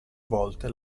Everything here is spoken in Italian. volte